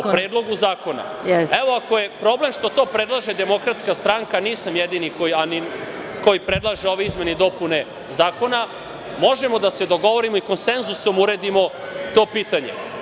O Predlogu zakona, evo, ako je problem što to predlaže DS, nisam jedini koji predlaže ove izmene i dopune zakona, možemo da se dogovorimo i konsenzusom uredimo to pitanje.